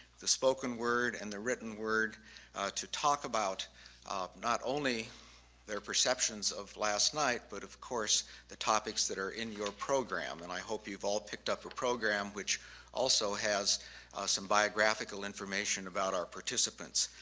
the spoken word, and the written word to talk about not only their perceptions of last night, but of course the topics that are in your program. and i hope you've all picked up a program which also has some biographical information about our participants.